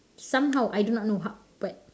somehow I do not know how but